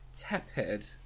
tepid